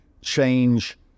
change